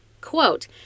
Quote